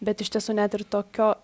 bet iš tiesų net ir tokio